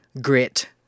grit